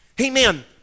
Amen